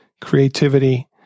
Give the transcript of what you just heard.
Creativity